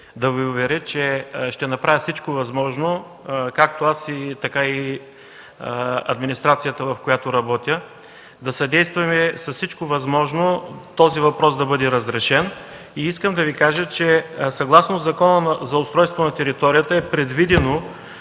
да Ви уверя, че ще направя всичко възможно както аз, така и администрацията, в която работя, да съдействаме с всичко възможно този въпрос да бъде разрешен. Искам да Ви кажа, че съгласно Закона за устройство на територията е предвидено